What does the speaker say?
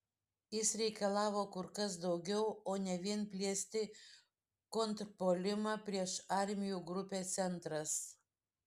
jis reikalavo kur kas daugiau o ne vien plėsti kontrpuolimą prieš armijų grupę centras